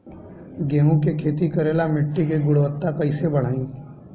गेहूं के खेती करेला मिट्टी के गुणवत्ता कैसे बढ़ाई?